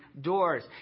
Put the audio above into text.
doors